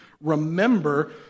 remember